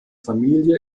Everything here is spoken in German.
familie